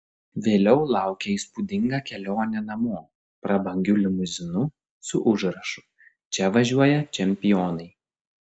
vėliau laukė įspūdinga kelionė namo prabangiu limuzinu su užrašu čia važiuoja čempionai